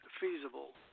feasible